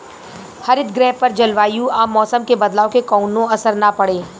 हरितगृह पर जलवायु आ मौसम के बदलाव के कवनो असर ना पड़े